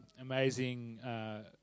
amazing